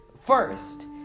first